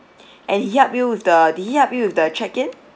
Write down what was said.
and he help you with the did he help you with the check-in